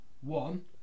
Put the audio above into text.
one